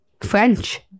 French